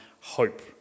hope